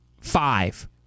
five